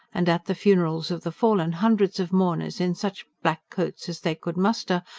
and at the funerals of the fallen, hundreds of mourners, in such black coats as they could muster,